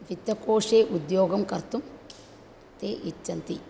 वित्तकोषे उद्योगं कर्तुं ते इच्छन्ति